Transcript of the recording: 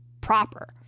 proper